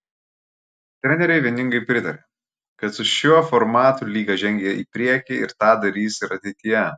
treneriai vieningai pritarė kad su šiuo formatu lyga žengė į priekį ir tą darys ir ateityje